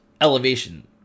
elevation